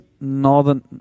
Northern